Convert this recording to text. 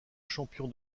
champion